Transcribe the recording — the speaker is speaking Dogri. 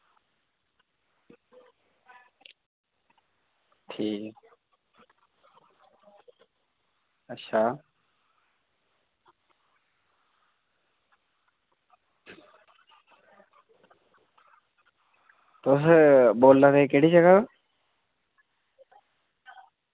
ठीक अच्छा तुस बोला दे केह्ड़ी जगह